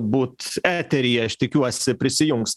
būt eteryje aš tikiuosi prisijungs